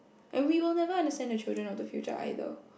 and we will never understand the children of the future either